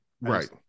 right